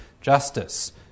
justice